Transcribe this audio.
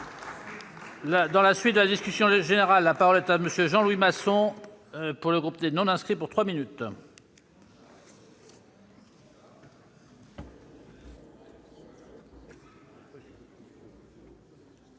dans la suite de la discussion générale, la parole est à monsieur Jean-Louis Masson pour le groupe des non-inscrits pour 3 minutes.